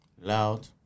loud